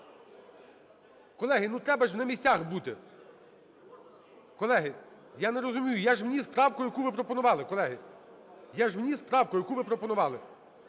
Колеги, ну, треба ж на місцях бути. Колеги, я не розумію, я ж вніс правку, яку ви пропонували,